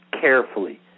carefully